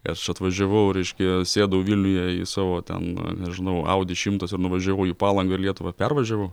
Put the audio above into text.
aš atvažiavau reiškia sėdau vilniuje į savo ten nežinau audi šimtas ir nuvažiavau į palangą ir lietuvą pervažiavau